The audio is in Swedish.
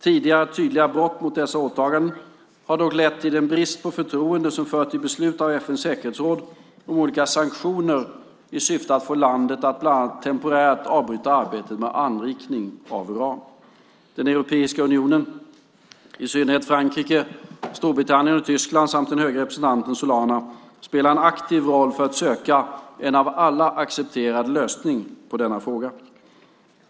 Tidigare tydliga brott mot dessa åtaganden har dock lett till den brist på förtroende som fört till beslut av FN:s säkerhetsråd om olika sanktioner i syfte att få landet att bland annat temporärt avbryta arbetet med anrikning av uran. EU - i synnerhet Frankrike, Storbritannien och Tyskland samt den höge representanten Solana - spelar en aktiv roll för att söka en av alla accepterad lösning på denna fråga.